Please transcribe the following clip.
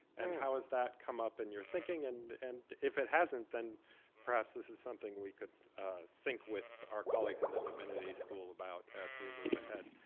and how has that come up in your thinking? and and if it hasn't, then perhaps this is something we could think with our colleagues in the divinity school about as we move ahead.